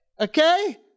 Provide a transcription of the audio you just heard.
Okay